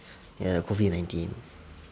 ya COVID nineteen